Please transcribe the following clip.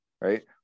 right